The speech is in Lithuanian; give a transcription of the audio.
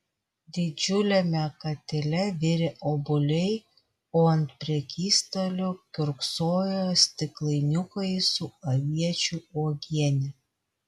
didžiuliame katile virė obuoliai o ant prekystalių kiurksojo stiklainiukai su aviečių uogiene